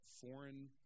foreign